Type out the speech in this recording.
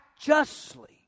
justly